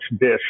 dish